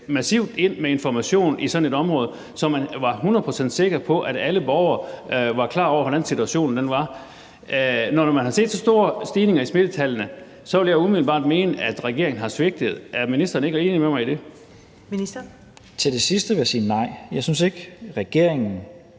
massivt ind med information i sådan et område, så man var hundrede procent sikker på, at alle borgere var klar over, hvordan situationen var. Når man har set så store stigninger i smittetallene, vil jeg umiddelbart mene, at regeringen har svigtet. Er ministeren enig med mig i det? Kl. 13:36 Første næstformand (Karen Ellemann): Ministeren.